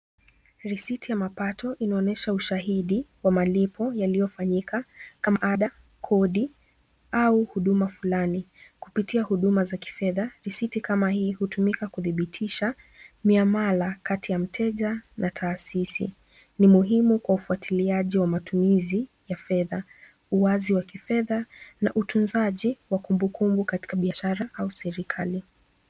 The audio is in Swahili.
Risiti ya mapato inaonyesha ushahidi wa malipo yaliofanyika kama ada, kodi au huduma fulani. Kupitia huduma za kifedha risiti kama hii hutumika kuthitisha miamala kati ya mteja na tahasisi. Ni muhimu kwa ufuatiliaji wa kifedha, uwazi wa kifedha na utunzaji wa kumbukumbu katika biashara au serikali.